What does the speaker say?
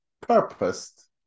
purposed